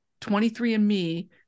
23andMe